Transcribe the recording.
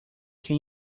can